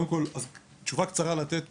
תשובה קצרה לתת